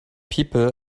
people